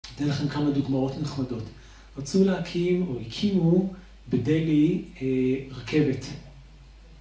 אני אתן לכם כמה דוגמאות נחמדות, רצו להקים או הקימו, בדלהי, רכבת.